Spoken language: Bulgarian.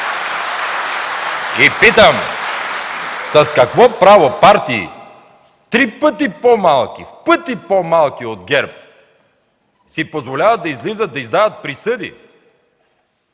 Питам с какво право партии, три пъти по-малки, пъти по-малки от ГЕРБ, си позволяват да излизат, да издават присъди.